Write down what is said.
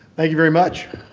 thank you very much.